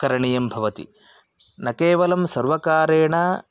करणीयं भवति न केवलं सर्वकारेण